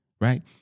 Right